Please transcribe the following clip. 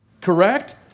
Correct